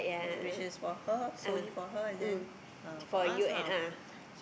which is for her solely for her and then uh for us lah